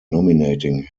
nominating